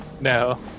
No